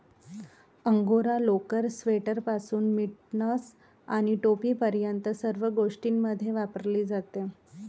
angora लोकर, स्वेटरपासून mittens आणि टोपीपर्यंत सर्व गोष्टींमध्ये वापरली जाते